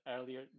earlier